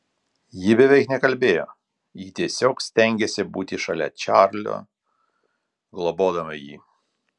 ji beveik nekalbėjo ji tiesiog stengėsi būti šalia čarlio globodama jį